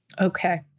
Okay